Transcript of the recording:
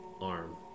arm